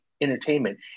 Entertainment